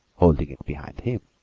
holding it behind him.